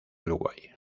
uruguay